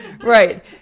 Right